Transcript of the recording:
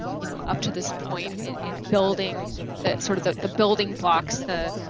um you know, up to this point and in building that sort of the the building blocks the,